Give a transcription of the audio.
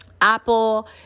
Apple